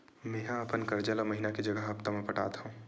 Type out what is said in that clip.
मेंहा अपन कर्जा ला महीना के जगह हप्ता मा पटात हव